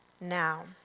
now